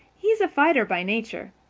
he's a fighter by nature.